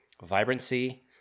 vibrancy